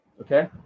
Okay